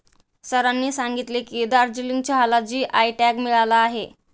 सरांनी सांगितले की, दार्जिलिंग चहाला जी.आय टॅग मिळाला आहे